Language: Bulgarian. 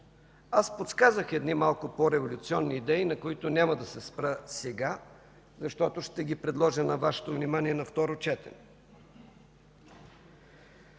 Аз подсказах едни малко по-революционни идеи, на които няма да се спра сега, защото ще ги предложа на Вашето внимание на второ четене.